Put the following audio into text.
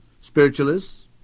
spiritualists